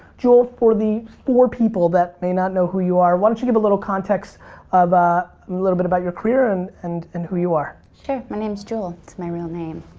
jewel, for the four people that may not know who you are, why don't you give a little context of little bit of your career and and and who you are? sure. my name is jewel. it's my real name.